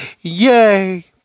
Yay